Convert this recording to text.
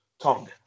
Tongue